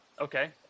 Okay